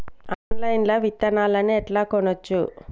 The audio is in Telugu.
ఆన్లైన్ లా విత్తనాలను ఎట్లా కొనచ్చు?